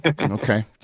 Okay